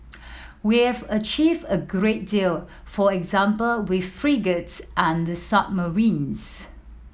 we have achieved a great deal for example with frigates and the submarines